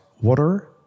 water